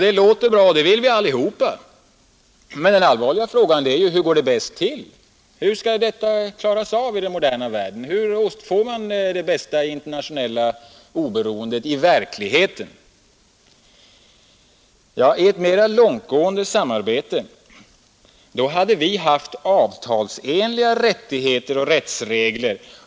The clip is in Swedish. Det låter bra, det vill vi allihop, men den allvarliga fragan är hur det bäst gär till. Hur skall detta Klaras av i den moderna världen? Hur får man i verkligheten det bästa internationella oberoendet? Med ett mera langtgaende samarbete hade vi haft avtalsenliga rättigheter och rättsregler.